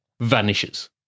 vanishes